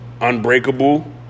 Unbreakable